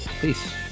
peace